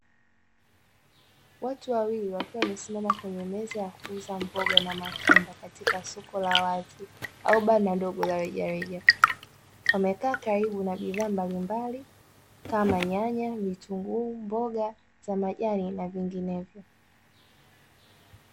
Watu wawili wakiwa wamesimama kwenye meza ya kuuza mboga na matunda katika soko la wazi au banda ndogo la rejareja wamekaa karibu na bidhaa mbalimbali kama nyanya, vitunguu, mboga na majani na vinginevyo.